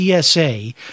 TSA